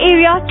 Area